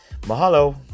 Mahalo